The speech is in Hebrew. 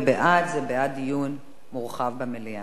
בעד זה בעד דיון מורחב במליאה.